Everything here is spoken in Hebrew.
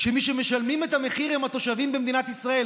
כשמי שמשלמים את המחיר הם התושבים במדינת ישראל,